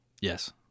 Yes